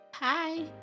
Hi